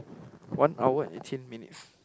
one hour and eighteen minutes